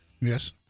yes